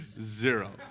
Zero